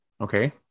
Okay